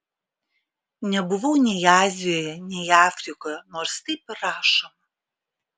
nebuvau nei azijoje nei afrikoje nors taip ir rašoma